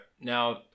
now